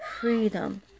freedom